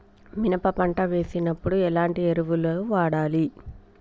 మినప పంట వేసినప్పుడు ఎలాంటి ఎరువులు వాడాలి?